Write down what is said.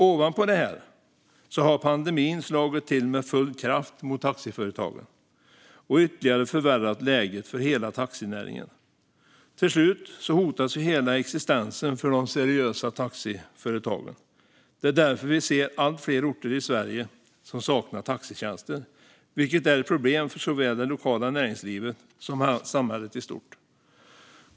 Ovanpå detta har pandemin slagit till med full kraft mot taxiföretagen och ytterligare förvärrat läget för hela taxinäringen. Till slut hotas hela existensen för de seriösa taxiföretagen. Det är därför vi ser att allt fler orter i Sverige saknar taxitjänster, vilket är ett problem för såväl det lokala näringslivet som samhället i stort.